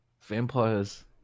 Vampires